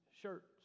shirts